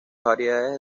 variedades